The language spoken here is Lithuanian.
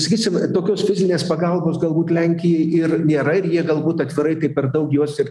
sakysim tokios fizinės pagalbos galbūt lenkijai ir nėra ir jie galbūt atvirai tai per daug jos ir